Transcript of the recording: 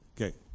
Okay